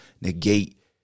negate